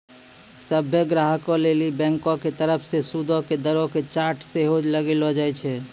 सभ्भे ग्राहको लेली बैंको के तरफो से सूदो के दरो के चार्ट सेहो लगैलो जाय छै